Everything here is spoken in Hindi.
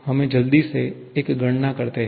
हमें जल्दी से एक गणना करते हैं